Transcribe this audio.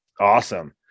awesome